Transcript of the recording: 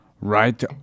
right